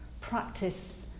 Practice